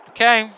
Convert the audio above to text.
Okay